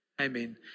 Amen